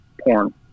porn